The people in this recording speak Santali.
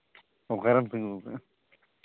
ᱚᱠᱟᱨᱮᱢ ᱛᱤᱸᱜᱩ ᱠᱟᱱᱟ